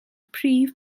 prif